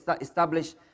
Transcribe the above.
establish